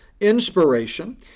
inspiration